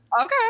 Okay